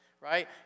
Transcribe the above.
Right